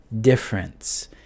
difference